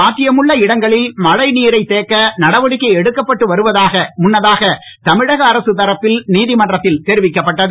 சாத்தியமுள்ள இடங்களில் மழை நீரைத் தேக்க நடவடிக்கை எடுக்கப்பட்டு வருவதாக முன்னதாக தமிழக அரசுத் தரப்பில் நீதிமன்றத்தில் தெரிவிக்கப்பட்டது